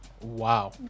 Wow